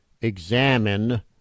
examine